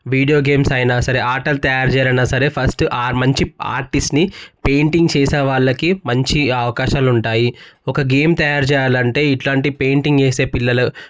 video games అయినా సరే ఆటలు తయారు చేయాలన్నా సరే ఫస్టు ఆ మంచి ఆర్టిస్ట్ని పెయింటింగ్ చేసేవాళ్ళకి మంచి అవకాశాలుంటాయి ఒక గేమ్ తయారు చేయాలంటే ఇట్లాంటి పిల్లలు